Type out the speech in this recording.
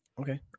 Okay